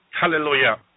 hallelujah